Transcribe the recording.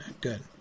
Good